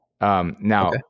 Now